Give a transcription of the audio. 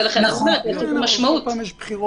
ולכן צריך לתת לזה משמעות.